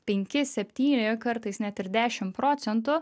penki septyni kartais net ir dešim procentų